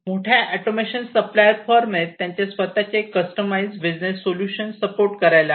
मोठ्या automation supplier फर्मने त्यांचे स्वतःचे कस्टमाइज्ड बिझनेस सोल्युशन सपोर्ट करायला हवे